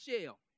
shell